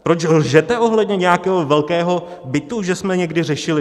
Proč lžete ohledně nějakého velkého bytu, že jsme někdy řešili?